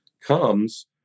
comes